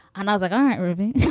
and i was like um aunt ruby.